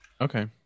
Okay